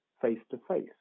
face-to-face